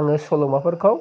आङो सल'माफोरखौ